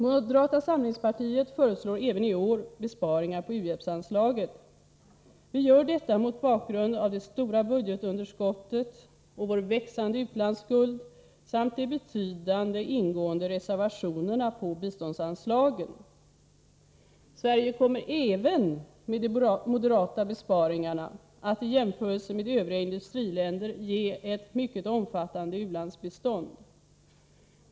Moderata samlingspartiet föreslår även i år besparingar på u-hjälpsanslaget. Vi gör detta mot bakgrund av det stora budgetunderskottet och vår växande utlandsskuld samt de betydande, ingående reservationerna på biståndsanslagen. Sverige kommer även med de moderata besparingarna att i jämförelse med övriga industriländer ge ett mycket omfattande u-landsbistånd.